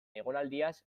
egonaldiaz